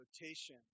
rotation